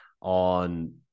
on